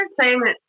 entertainment